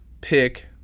pick